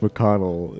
McConnell